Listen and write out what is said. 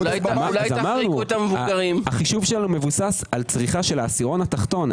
אמרנו - החישוב שלנו מבוסס על צריכה של העשירון התחתון,